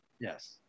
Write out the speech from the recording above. Yes